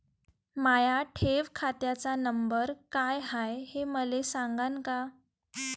माया ठेव खात्याचा नंबर काय हाय हे मले सांगान का?